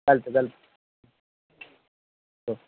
चालतं आहे चालतं आहे हो